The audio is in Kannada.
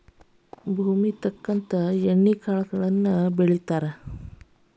ಭೂಮುಗೆ ತಕ್ಕಂತೆ ಎಣ್ಣಿ ಕಾಳುಗಳನ್ನಾ ಬೆಳಿತಾರ